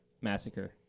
massacre